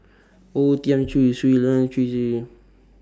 O Thiam Chin Shui Lan Chu